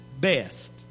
best